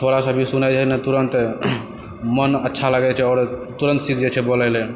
थोड़ा सा भी सुनै छै ने तुरन्त मन अच्छा लागै छै आओर तुरन्त सीखि जाइ छै बोलैलए